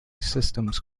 systems